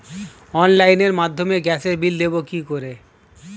অনলাইনের মাধ্যমে গ্যাসের বিল দেবো কি করে?